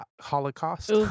Holocaust